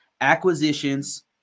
Acquisitions